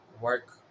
work